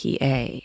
PA